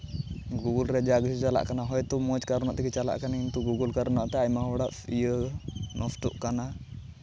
Google ᱨᱮ ᱡᱟᱦᱟᱸ ᱠᱤᱪᱷᱩ ᱪᱟᱞᱟᱜ ᱠᱟᱱᱟ ᱦᱚᱭᱛᱳ ᱢᱚᱡᱽ ᱠᱟᱨᱚᱱᱚᱜ ᱛᱮᱜᱮ ᱪᱟᱞᱟᱜ ᱠᱟᱹᱱᱟᱹᱧ ᱛᱳ ᱜᱩᱜᱳᱞ ᱠᱟᱨᱚᱱᱚᱜ ᱛᱮ ᱟᱭᱢᱟ ᱦᱚᱲᱟᱜ ᱤᱭᱟᱹ ᱱᱚᱥᱴᱚᱜ ᱠᱟᱱᱟ